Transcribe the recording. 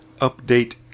update